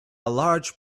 large